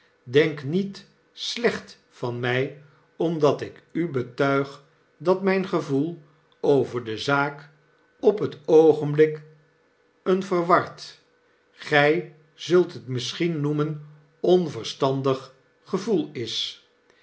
denk niet slecht van mg omdat ik u betuig dat mgn gevoel over de zaak op het oogenbhk een verward gg zult het misschien noemen onverstandig gevoel is